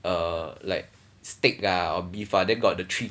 uh like steak ah or be beef ah then got the three